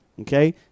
okay